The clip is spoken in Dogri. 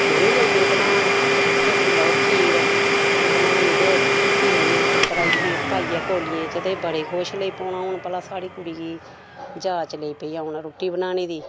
मे मी लेई पेई बनान फिर जेल्लै ओह् खीर बनानी ते देनी टब्बरा गी पाइये कोलियै च ते बडे़ खुश लेई पौना होन भला साढ़ी कुड़ी गी जाच लेई पेई औन रुट्टी बनाने दी